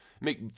Make